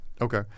okay